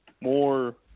more